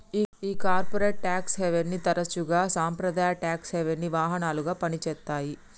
ఈ corporate tax హేవెన్ని తరసుగా సాంప్రదాయ టాక్స్ హెవెన్సి వాహనాలుగా పని చేత్తాయి